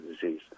disease